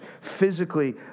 physically